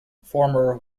former